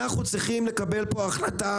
אנחנו צריכים לקבל פה החלטה,